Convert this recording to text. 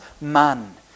man